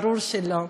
ברור שלא.